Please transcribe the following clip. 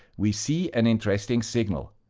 we see an interesting signal.